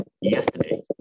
Yesterday